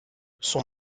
son